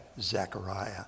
Zechariah